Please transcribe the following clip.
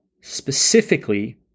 Specifically